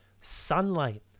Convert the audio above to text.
Sunlight